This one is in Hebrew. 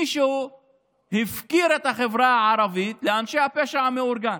מישהו הפקיר את החברה הערבית לאנשי הפשע המאורגן.